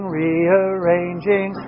rearranging